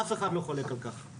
אף אחד לא חולק על כך.